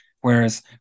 Whereas